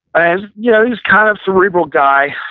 and yeah he was kind of cerebral guy.